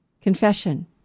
confession